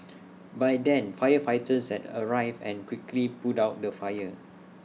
by then firefighters had arrived and quickly put out the fire